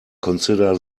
consider